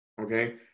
okay